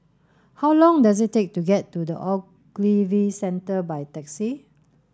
how long does it take to get to The Ogilvy Centre by taxi